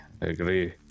agree